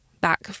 back